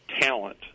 talent